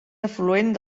afluent